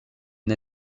une